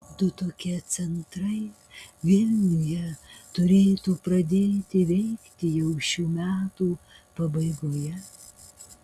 du tokie centrai vilniuje turėtų pradėti veikti jau šių metų pabaigoje